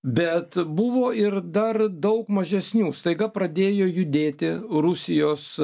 bet buvo ir dar daug mažesnių staiga pradėjo judėti rusijos